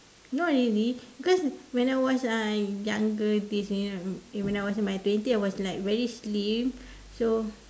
not really because when I was uh younger days you know when I was in my twenties I was like very slim so